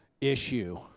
issue